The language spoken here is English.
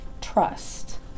Trust